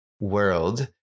world